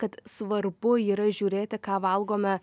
kad svarbu yra žiūrėti ką valgome